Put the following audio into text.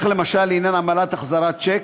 למשל לעניין עמלת החזרת שיק,